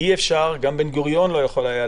גם בן גוריון לא יכול היה,